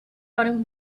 running